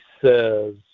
says